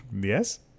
yes